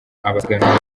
abasiganwa